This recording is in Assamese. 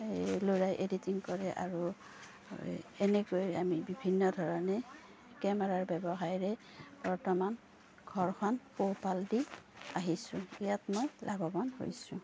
এই ল'ৰাই এডিটিং কৰে আৰু এনেকৈ আমি বিভিন্ন ধৰণে কেমেৰাৰ ব্যৱসায়েৰে বৰ্তমান ঘৰখন পোহপাল দি আহিছোঁ ইয়াত মই লাভৱান হৈছোঁ